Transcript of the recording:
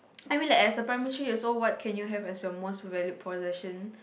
I mean like as a primary three years old what could you have as your most valued possession